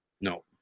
no